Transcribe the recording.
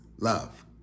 love